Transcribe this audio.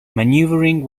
maneuvering